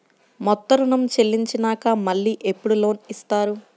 మొత్తం ఋణం చెల్లించినాక మళ్ళీ ఎప్పుడు లోన్ ఇస్తారు?